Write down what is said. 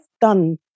done